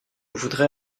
voudrais